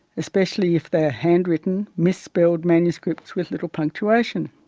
especially if they are handwritten, misspelled manuscripts with little punctuation.